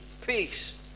Peace